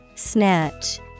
Snatch